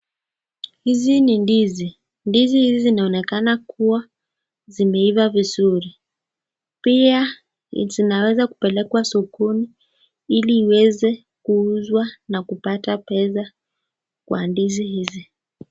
Hizi ni ndizi, ndizi hizi zinaonekana kuwa zimeiva vizuri. Pia zinaweza kupelekwa sokoni ili iweze kuuzwa na kupata pesa kwa ndizi hizi.